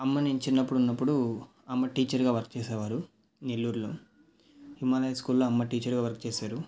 అమ్మ నేను చిన్నప్పుడు ఉన్నప్పుడు అమ్మ టీచర్గా వర్క్ చేసేవారు నెల్లూరులో హిమాలయ స్కూల్లో అమ్మ టీచర్గా వర్క్ చేసారు